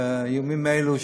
בימים אלו,